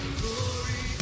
glory